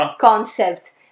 concept